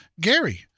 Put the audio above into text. Gary